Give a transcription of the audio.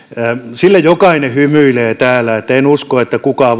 sille jokainen hymyilee täällä en usko että kukaan